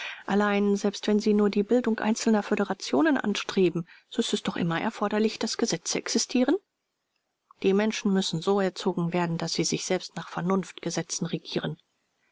allein selbst wenn sie nur die bildung einzelner föderationen anstreben so ist es doch immer erforderlich daß gesetze existieren r die menschen müssen so erzogen werden daß sie sich selbst nach vernunftgesetzen regieren